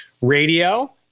Radio